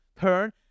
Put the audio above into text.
turn